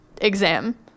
exam